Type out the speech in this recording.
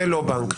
זה לא בנק,